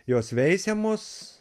jos veisiamos